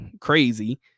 crazy